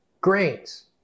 grains